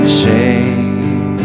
shame